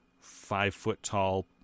five-foot-tall